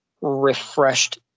refreshed